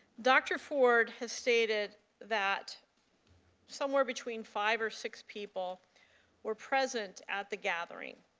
dr. ford has stated that somewhere between five or six people were present at the gathering.